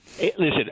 Listen